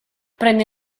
prende